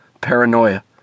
Paranoia